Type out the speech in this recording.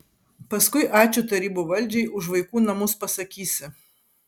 paskui ačiū tarybų valdžiai už vaikų namus pasakysi